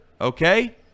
okay